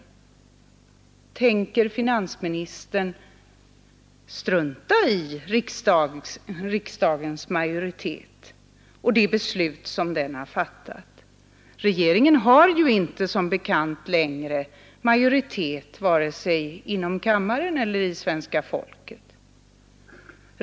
Tänker finansministern strunta i riksdagens majoritet och det beslut som den har fattat? Regeringen har, som bekant, inte längre majoritet vare sig inom kammaren eller i svenska folket.